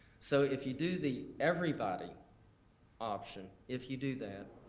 so if you do the everybody option, if you do that,